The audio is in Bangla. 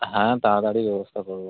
হ্যাঁ তাড়াতাড়ি ব্যবস্থা করবো